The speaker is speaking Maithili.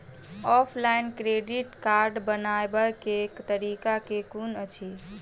ऑफलाइन क्रेडिट कार्ड बनाबै केँ तरीका केँ कुन अछि?